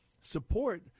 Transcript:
support